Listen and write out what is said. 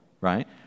right